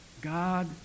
God